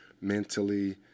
mentally